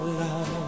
love